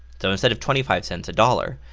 so instead of twenty five cents, a dollar,